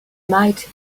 might